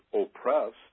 oppressed